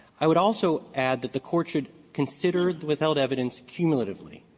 i would also add that the court should consider without evidence cumulatively.